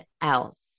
else